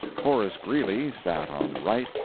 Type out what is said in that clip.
horace greeley sat on the right,